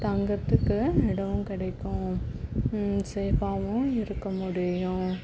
தங்கிறத்துக்கு இடமும் கிடைக்கும் சேஃபாகவும் இருக்க முடியும்